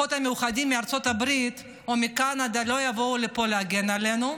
שהכוחות המיוחדים מארצות הברית או מקנדה לא יבואו לפה להגן עלינו,